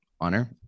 honor